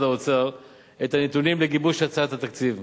האוצר את הנתונים לגיבוש הצעת התקציב.